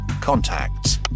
contacts